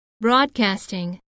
broadcasting